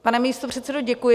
Pane místopředsedo, děkuji.